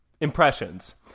impressions